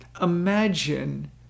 Imagine